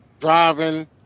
driving